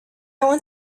want